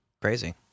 Crazy